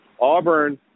Auburn